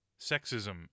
sexism